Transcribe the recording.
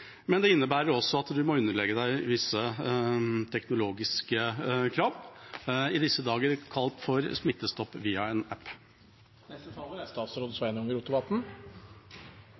Men det innebærer også at du må underlegge deg visse teknologiske krav, i disse dager kalt for Smittestopp, via en app. Av omsyn til natur og friluftsliv er